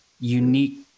unique